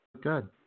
good